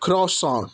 croissant